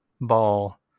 ball